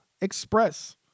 Express